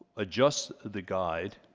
adjust the guide